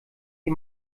die